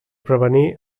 prevenir